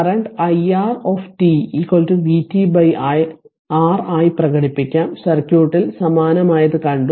current iR vt R ആയി പ്രകടിപ്പിക്കാം സർക്യൂട്ടിൽ സമാനമായത് കണ്ടു